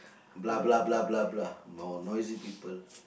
blah blah blah blah blah no~ noisy people